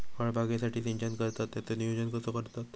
फळबागेसाठी सिंचन करतत त्याचो नियोजन कसो करतत?